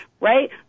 Right